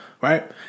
right